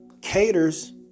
caters